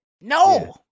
No